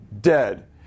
dead